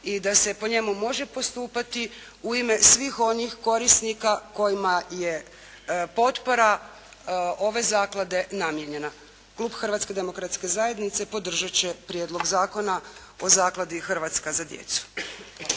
i da se po njemu može postupati u ime svih onih korisnika kojima je potpora ove zaklade namijenjena. Klub Hrvatske demokratske zajednice podržat će Prijedlog zakona o Zakladi “Hrvatska za djecu“.